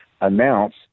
announce